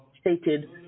stated